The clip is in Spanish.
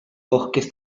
bosques